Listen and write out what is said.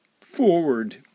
forward